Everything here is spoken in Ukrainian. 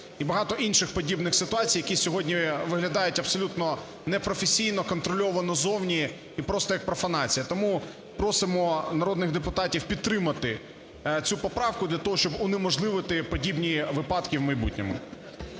і багато інших подібних ситуацій, які сьогодні виглядають абсолютно непрофесійно, контрольовано зовні і просто як профанація. Тому просимо народних депутатів підтримати цю поправку для того, щоб унеможливити подібні випадки в майбутньому.